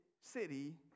City